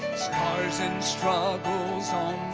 scars and struggles on